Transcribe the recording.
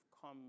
come